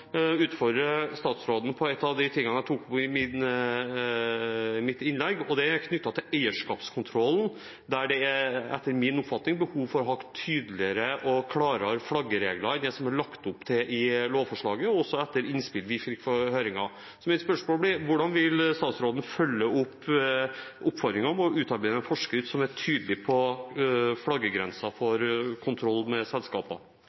utfordre statsråden på et av de punktene jeg tok opp i mitt innlegg. Det er knyttet til eierskapskontrollen, der det etter min oppfatning er behov for å ha tydeligere og klarere flaggeregler enn det er lagt opp til i lovforslaget – også etter innspill vi fikk i høringen. Mitt spørsmål blir: Hvordan vil statsråden følge opp oppfordringen om å utarbeide en forskrift som er tydelig på flaggegrensen for kontroll med